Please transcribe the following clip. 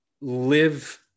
live